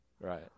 Right